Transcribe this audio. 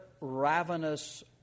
ravenous